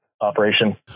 operation